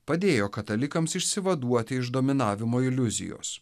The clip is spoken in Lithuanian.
padėjo katalikams išsivaduoti iš dominavimo iliuzijos